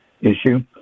issue